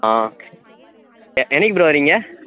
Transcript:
ஆ எ என்றைக்கி ப்ரோ வரீங்க